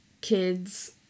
kids